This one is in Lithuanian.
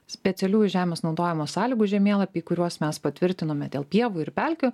specialiųjų žemės naudojimo sąlygų žemėlapiai kuriuos mes patvirtinome dėl pievų ir pelkių